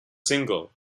single